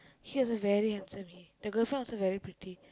he also very handsome he the girlfriend also very pretty